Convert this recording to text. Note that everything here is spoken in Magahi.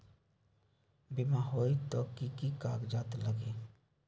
बिमा होई त कि की कागज़ात लगी?